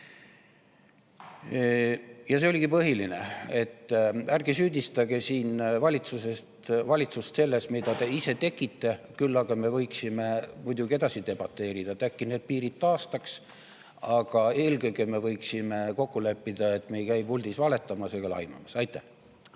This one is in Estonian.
oligi põhiline. Ärge süüdistage siin valitsust selles, mida te ise tegite. Küll aga me võiksime muidugi edasi debateerida, et äkki see piir taastada. Aga eelkõige võiksime kokku leppida, et me ei käi puldis valetamas ja laimamas. Aitäh!